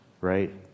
right